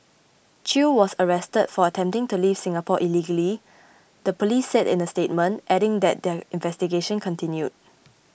Chew was arrested for attempting to leave Singapore illegally the police said in a statement adding that their investigation continued